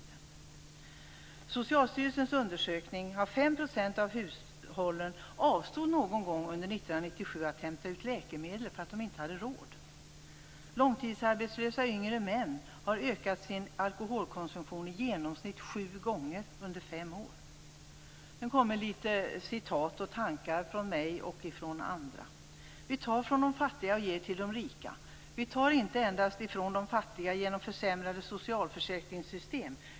Enligt Socialstyrelsens undersökning har 5 % av hushållen någon gång under 1997 avstått från att hämta ut läkemedel för att de inte haft råd. Långtidsarbetslösa yngre män har ökat sin alkoholkonsumtion i genomsnitt sju gånger under fem år. Nu kommer litet citat och tankar från mig och andra: Vi tar från de fattiga och ger till de rika. Vi tar inte endast från de fattiga genom försämrade socialförsäkringssystem.